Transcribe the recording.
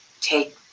take